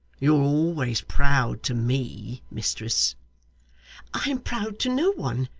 you're always proud to me, mistress i am proud to no one.